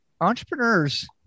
entrepreneurs